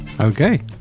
Okay